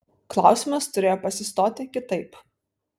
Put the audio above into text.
klausimas turėjo pasistoti kitaip